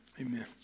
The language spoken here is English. Amen